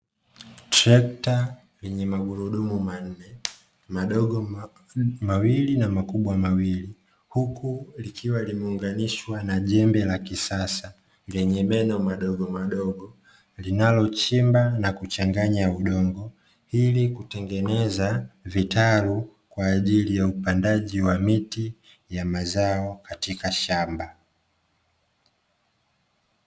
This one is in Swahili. Trekta lenye magurudumu manne, madogo mawili na makubwa mawili, huku likiwa limeungwanishwa na jembe la kisasa lenye meno madogomadogo, linalochimba na kuchanganya udongo ili kutengeneza vitalu kwa ajili ya upandaji wa miti ya mazao katika shamba.